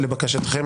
לבקשתכם,